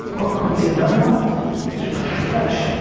oh quincy enunwa. these are fucking fresh.